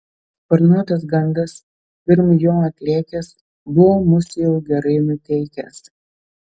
sparnuotas gandas pirm jo atlėkęs buvo mus jau gerai nuteikęs